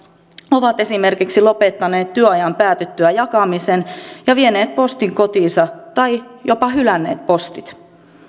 ovat esimerkiksi lopettaneet työajan päätyttyä jakamisen ja vieneet postin kotiinsa tai jopa hylänneet postit